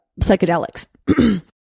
psychedelics